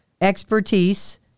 expertise